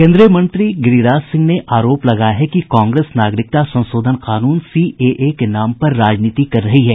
केन्द्रीय मंत्री गिरिराज सिंह ने आरोप लगाया है कि कांग्रेस नागरिकता संशोधन कानून सीएए के नाम पर राजनीति कर रही है